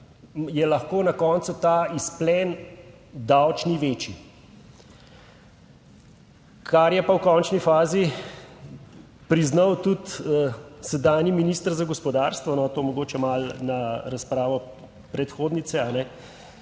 je lahko na koncu ta izplen davčni večji. Kar je pa v končni fazi priznal tudi sedanji minister za gospodarstvo, to mogoče malo na razpravo predhodnice,